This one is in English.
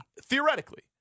Theoretically